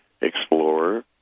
explorer